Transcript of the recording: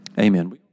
amen